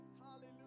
hallelujah